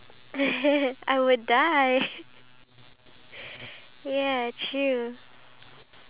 and home for free to live in but they didn't say money so like ya